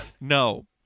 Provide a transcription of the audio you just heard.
No